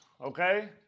okay